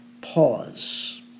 pause